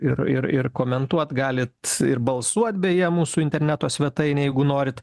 ir ir ir komentuot galit ir balsuot beje mūsų interneto svetainėj jeigu norit